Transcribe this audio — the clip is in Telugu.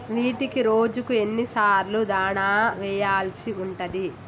వీటికి రోజుకు ఎన్ని సార్లు దాణా వెయ్యాల్సి ఉంటది?